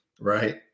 right